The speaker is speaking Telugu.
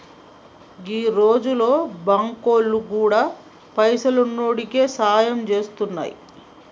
ఈ రోజుల్ల బాంకులు గూడా పైసున్నోడికే సాయం జేత్తున్నయ్